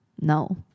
no